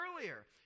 earlier